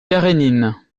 karénine